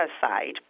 side